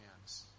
hands